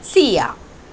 Siya